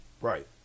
Right